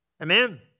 Amen